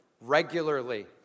regularly